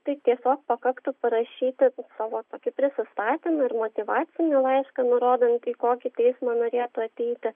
tai tiesiog pakaktų parašyti savo tokį prisistatymą ir motyvacinį laišką nurodantį į kokį teismą norėtų ateiti